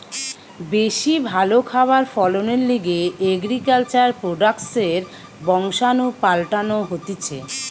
বেশি ভালো খাবার ফলনের লিগে এগ্রিকালচার প্রোডাক্টসের বংশাণু পাল্টানো হতিছে